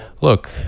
Look